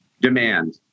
demand